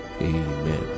Amen